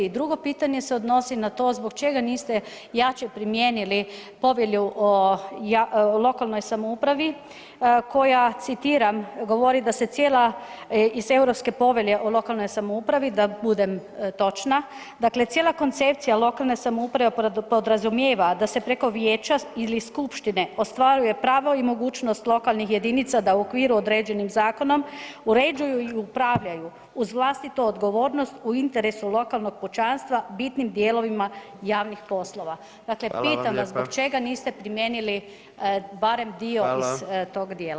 I drugo pitanje se odnosi na to zbog čega niste jače primijenili povelju o lokalnoj samoupravi koja citiram govori da se cijela iz Europske povelje o lokalnoj samoupravi da budem točna dakle „cijela koncepcija lokalne samouprave podrazumijeva da se preko vijeća ili skupštine ostvaruje pravo i mogućnost lokalnih jedinica da u okviru određenim zakonom uređuju i upravljaju uz vlastitu odgovornost u interesu lokalnog pučanstva bitnim dijelovima javnih poslova“, dakle pitam vas zbog čega niste primijenili barem dio iz tog dijela?